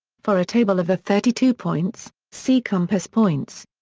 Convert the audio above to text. for a table of the thirty-two points, see compass points.